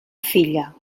filla